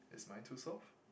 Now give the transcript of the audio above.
is mine too soft